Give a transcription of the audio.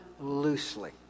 loosely